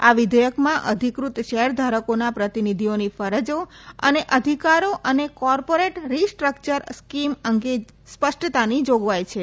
આ વિધેયકમાં અધિકૃત શેર ધારકોના પ્રતિનિધિઓની ફરજા અને અધિકારો અને કોર્પોરેટ રીસ્ટ્રકચર સ્કીમ અંગે સ્પષ્ટતાની જાગવાઇ છે